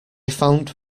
found